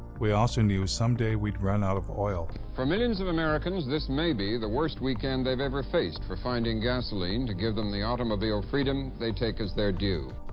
we also knew someday we'd run out of oil. for millions of americans, this may be the worst weekend they've ever faced for finding gasoline to give them the automobile freedom they take as their due.